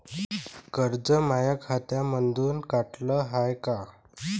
कर्ज माया खात्यामंधून कटलं हाय का?